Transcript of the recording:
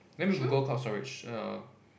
let me Google cloud storage err